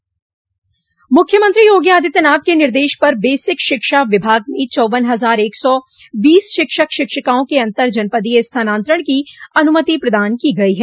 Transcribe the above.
मुख्यमंत्री योगी आदित्यनाथ के निर्देश पर बेसिक शिक्षा विभाग में चौवन हजार एक सौ बीस शिक्षक शिक्षिकाओं के अन्तर्जनपदीय स्थानान्तरण की अनुमति प्रदान की गई है